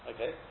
Okay